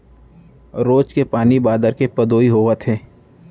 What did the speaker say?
रोज के पानी बादर के पदोई होवत हे